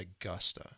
Augusta